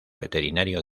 veterinario